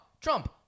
Trump